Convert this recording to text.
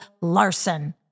larson